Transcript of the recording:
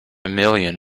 million